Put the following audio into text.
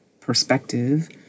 perspective